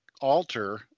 alter